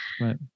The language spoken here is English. right